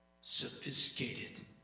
sophisticated